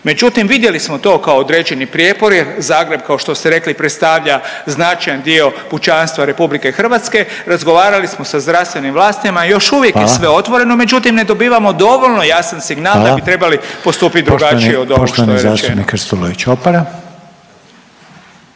Međutim, vidjeli smo to kao određeni prijepor jer Zagreb kao što ste rekli predstavlja značajan dio pučanstva Republike Hrvatske. Razgovarali smo sa zdravstvenim vlastima, još uvijek je sve otvoreno. Međutim, ne dobivamo dovoljno jasan signal … …/Upadica Reiner: Hvala./… … da bi trebali postupit drugačije od ovog što je rečeno.